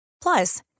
Plus